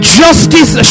justice